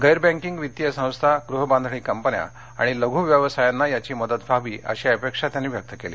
गैर बँकिंग वित्तीय संस्था गृहबांधणी कंपन्या आणि लघु व्यवसायांना याची मदत व्हावी अशी अपेक्षा त्यांनी व्यक्त केली